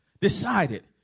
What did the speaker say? decided